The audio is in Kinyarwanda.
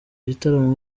igitaramo